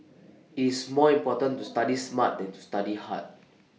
IT is more important to study smart than to study hard